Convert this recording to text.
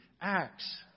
acts